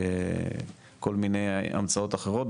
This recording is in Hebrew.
לא כל מיני המצאות אחרות,